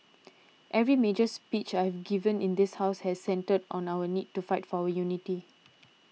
every major speech I've given in this house has centred on our need to fight for our unity